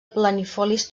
planifolis